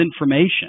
information